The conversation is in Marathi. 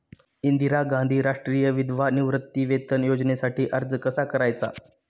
इंदिरा गांधी राष्ट्रीय विधवा निवृत्तीवेतन योजनेसाठी अर्ज कसा करायचा?